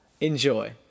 Enjoy